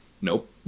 Nope